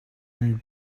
and